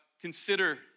Consider